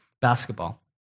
basketball